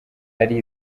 ari